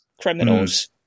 criminals